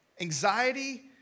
Anxiety